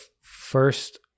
first